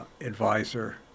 advisor